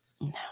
No